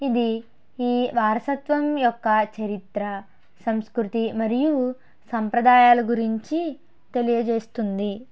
ఇది ఈ వారసత్వం యొక్క చరిత్ర సంస్కృతి మరియు సంప్రదాయాల గురించి తెలియజేస్తుంది